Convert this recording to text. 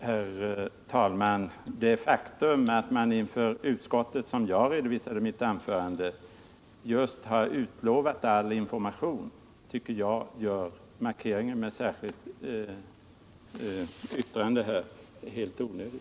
Herr talman! Det faktum att man, som jag redovisade i mitt tidigare anförande, inför utskottet har utlovat all information tycker jag gör markeringen med det särskilda yttrandet helt onödig.